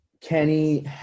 Kenny